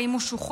האם הוא משוחרר?